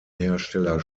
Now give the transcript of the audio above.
hersteller